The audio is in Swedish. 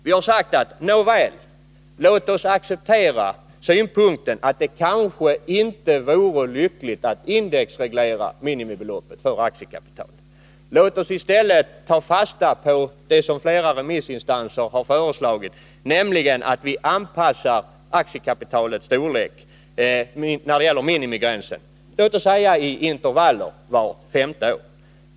Vi har sagt: Nåväl, låt oss acceptera synpunkten att det kanske inte vore lyckligt att indexreglera minimibeloppet för aktiekapitalet. Låt oss i stället ta fasta på det som flera remissinstanser har föreslagit, nämligen att man skall anpassa minimigränsen för aktiekapitalet medt.ex. fem års intervaller.